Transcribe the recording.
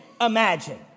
imagine